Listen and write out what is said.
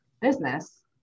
business